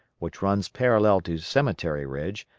which runs parallel to cemetery ridge,